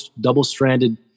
double-stranded